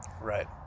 Right